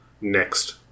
next